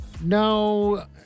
No